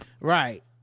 Right